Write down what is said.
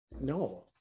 No